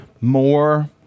more